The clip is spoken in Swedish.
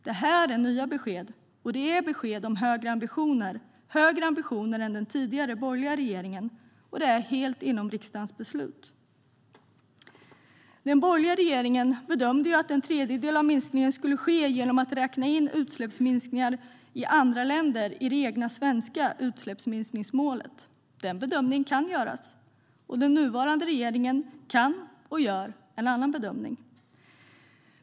Det är nya besked, och det är besked om höga ambitioner - högre ambitioner än den tidigare borgerliga regeringen hade. Det är helt inom riksdagens beslut. Den borgerliga regeringen bedömde att en tredjedel av minskningen skulle ske genom att räkna in utsläppsminskningar i andra länder i det egna svenska utsläppsminskningsmålet. Den bedömningen kan göras. Den nuvarande regeringen kan göra och gör en annan bedömning.